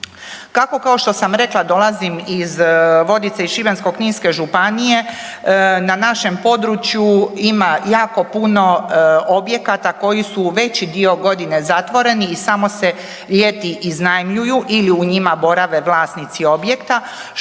Kako kao što sam rekla dolazim iz Vodica iz Šibensko-kninske županije na našem području ima jako puno objekata koji su veći dio godine zatvoreni i samo se ljeti iznajmljuju ili u njima borave vlasnici objekta